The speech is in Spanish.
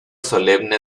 solemne